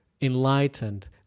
enlightened